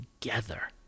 together